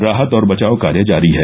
राहत और बचाव कार्य जारी है